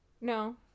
No